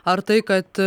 ar tai kad